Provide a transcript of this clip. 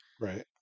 Right